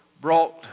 brought